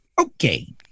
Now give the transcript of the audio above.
Okay